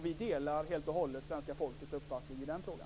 Vi delar helt och hållet svenska folkets uppfattning i den frågan.